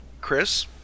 chris